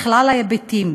לכלל ההיבטים.